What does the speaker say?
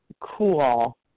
cool